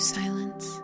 silence